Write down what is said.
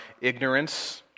ignorance